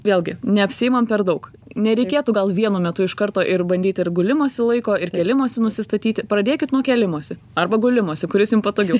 vėlgi neapsiimam per daug nereikėtų gal vienu metu iš karto ir bandyti ir gulimosi laiko ir kėlimosi nusistatyti pradėkit nuo kėlimosi arba gulimosi kuris jum patogiau